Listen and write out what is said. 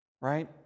right